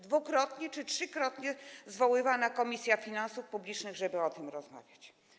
Dwukrotnie czy trzykrotnie była zwoływana Komisja Finansów Publicznych, żeby o tym rozmawiać.